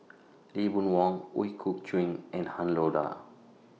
Lee Boon Wang Ooi Kok Chuen and Han Lao DA